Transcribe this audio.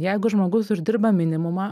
jeigu žmogus uždirba minimumą